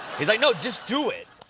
he's, like, no, just do it.